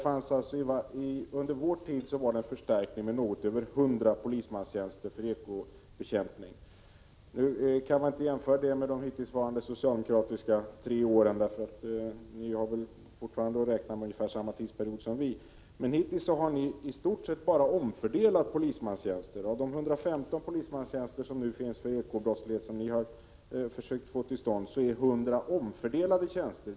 Under vår tid skedde en förstärkning med litet mer än 100 polismanstjänster för ekobrottslighetens bekämpning. Man kan kanske inte 29 göra jämförelser med vad som hänt under de tre år som socialdemokraterna hittills varit i regeringsställning. Ni måste väl få ungefär samma tid på er. Hittills har ni i stort sett bara omfördelat polismanstjänster. Av 115 polismanstjänster för ekobrottslighet är 100 omfördelade tjänster.